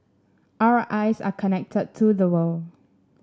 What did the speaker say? our eyes are connected to the world